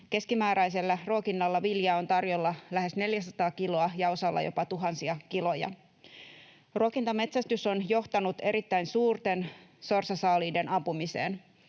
Keskimääräisellä ruokinnalla viljaa on tarjolla lähes 400 kiloa ja osalla jopa tuhansia kiloja. Ruokintametsästys on johtanut erittäin suurten sorsasaaliiden ampumiseen.